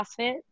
CrossFit